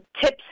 tips